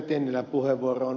tennilän puheenvuoroon